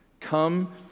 come